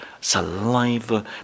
saliva